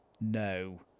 No